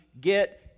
get